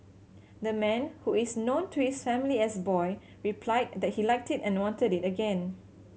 the man who is known to his family as Boy replied that he liked it and wanted it again